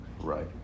Right